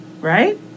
Right